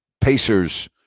Pacers